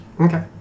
Okay